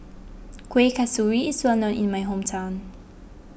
Kuih Kasturi is well known in my hometown